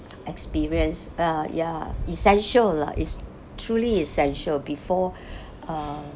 experience ah ya essential lah it's truly essential before uh